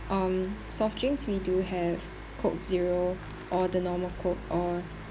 um soft drinks we do have coke zero or the normal coke or